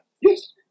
Yes